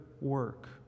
work